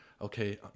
okay